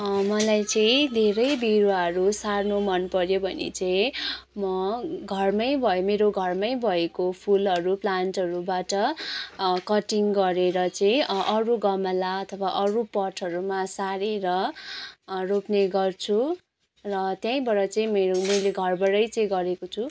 मलाई चाहिँ धेरै बिरुवाहरू सार्नु मनपऱ्यो भने चाहिँ म घरमै भए मेरो घरमै भएको फुलहरू प्लान्टहरूबाट कटिङ गरेर चाहिँ अरू गमला अथवा अरू पटहरूमा सारेर रोप्ने गर्छु र त्यहीँबाट चाहिँ मेरो मैले घरबाटै चाहिँ गरेको छु